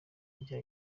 rya